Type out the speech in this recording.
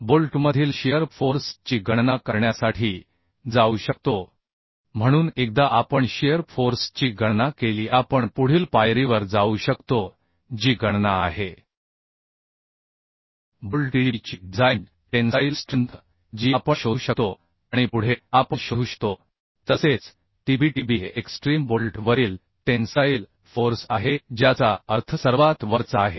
बोल्टमधील shear force ची गणना करण्यासाठी जाऊ शकतो म्हणून एकदा आपण शिअर फोर्स ची गणना केली की आपण पुढील पायरीवर जाऊ शकतो जी गणना आहे बोल्ट Tdb ची डिझाइन टेन्साईल स्ट्रेंथ जी आपण शोधू शकतो आणि पुढे आपण शोधू शकतो तसेच TbTb हे एक्स्ट्रीम बोल्ट वरील टेन्साईल फोर्स आहे ज्याचा अर्थ सर्वात वरचा आहे